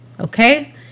Okay